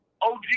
OG